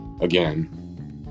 again